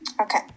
Okay